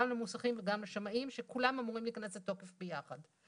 גם למוסכים וגם לשמאים שכולם אמורים להיכנס לתוקף ביחד.